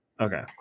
Okay